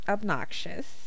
Obnoxious